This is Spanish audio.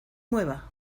mueva